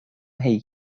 rei